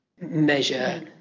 measure